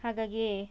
ಹಾಗಾಗಿ